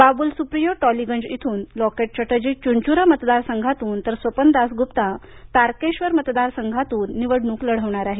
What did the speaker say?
बाबुल सुप्रियो टॉलीगंज इथून लॉकेट चटर्जी चुनचुरा मतदारसंघातून तर स्वपन दासगुप्ता तारकेश्वर मतदार संघातून निवडणूक लढवणार आहेत